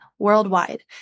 worldwide